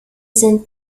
sind